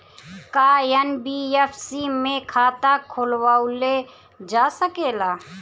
का एन.बी.एफ.सी में खाता खोलवाईल जा सकेला?